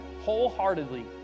wholeheartedly